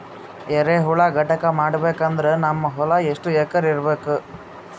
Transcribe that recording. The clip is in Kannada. ಎರೆಹುಳ ಘಟಕ ಮಾಡಬೇಕಂದ್ರೆ ನಮ್ಮ ಹೊಲ ಎಷ್ಟು ಎಕರ್ ಇರಬೇಕು?